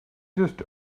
just